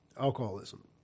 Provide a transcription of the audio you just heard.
Alcoholism